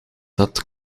dat